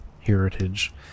heritage